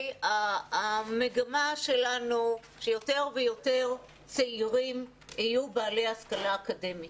המגמה שלנו היא שיותר ויותר צעירים יהיו בעלי השכלה אקדמית.